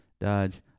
Dodge